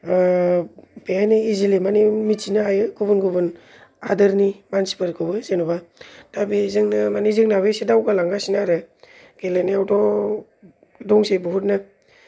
बेहायनो इजिलि मिथिनो हायो गुबुन गुबुन हादरनि मानसिफोरखौहाय जेन'बा दा बेजोंबो मानि जोंनावहाय एसे दावगालांगासिनो आरो गेलेनायावथ' दंसै बुहुतनो